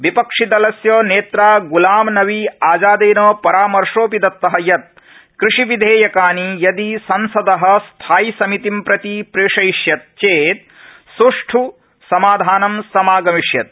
विपक्षिदलस्य नेत्रा गुलाम नवी आजादेन परामर्शोडपि दत्त यत् कृषिविधेयकानि संसद स्थायि समितिं प्रति प्रेषयिष्यत् चेत् सृष्ठ समाधानं समागमिष्यत्